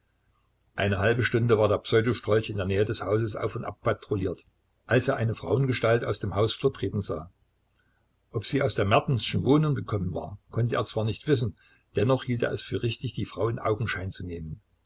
eine halbe stunde war der pseudo strolch in der nähe des hauses auf und abpatrouilliert als er eine frauengestalt aus dem hausflur treten sah ob sie aus der mertenschen wohnung gekommen war konnte er zwar nicht wissen dennoch hielt er es für richtig die frau in augenschein zu nehmen